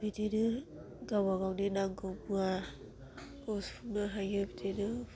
बिदिनो गावबा गावनि नांगौ मुवा सुफुंनो हायो बिदिनो